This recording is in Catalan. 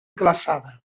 glaçada